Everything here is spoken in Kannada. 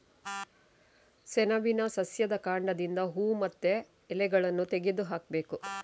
ಸೆಣಬಿನ ಸಸ್ಯದ ಕಾಂಡದಿಂದ ಹೂವು ಮತ್ತೆ ಎಲೆಗಳನ್ನ ತೆಗೆದು ಹಾಕ್ಬೇಕು